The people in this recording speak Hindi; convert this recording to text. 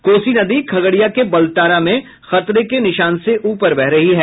कोसी नदी खगड़िया के बालतारा में खतरे के निशान से ऊपर बह रही है